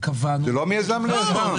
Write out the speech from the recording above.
--- זה לא מיזם ליזם.